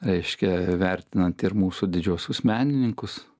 reiškia vertinant ir mūsų didžiuosius menininkus